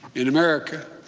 in america,